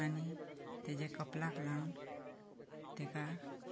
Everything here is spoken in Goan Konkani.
आनी ताच्या कपलाक लावन ताका